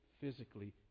physically